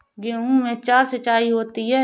गेहूं में चार सिचाई होती हैं